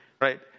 Right